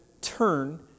turn